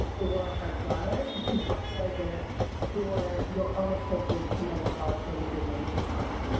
or hart's ladder to contextualize it for your own approaches to mental health services and systems.